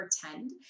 pretend